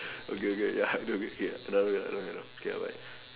okay okay ya okay K ya now cannot now cannot K bye bye